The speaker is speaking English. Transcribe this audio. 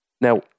Now